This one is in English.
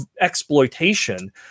exploitation